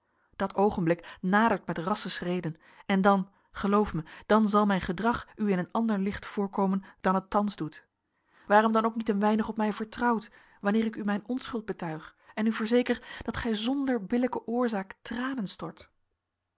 dat oogenblik nadert met rassche schreden en dan geloof mij dan zal mijn gedrag u in een ander licht voorkomen dan het thans doet waarom dan ook niet een weinig op mij vertrouwd wanneer ik u mijn onschuld betuig en u verzeker dat gij zonder billijke oorzaak tranen stort